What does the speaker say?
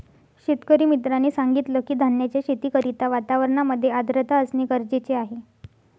शेतकरी मित्राने सांगितलं की, धान्याच्या शेती करिता वातावरणामध्ये आर्द्रता असणे गरजेचे आहे